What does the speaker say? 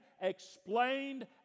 explained